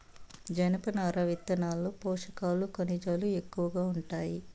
జనపనార విత్తనాల్లో పోషకాలు, ఖనిజాలు ఎక్కువగా ఉంటాయి